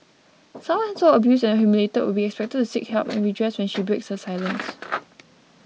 someone so abused and humiliated would be expected to seek help and redress when she breaks her silence